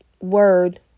word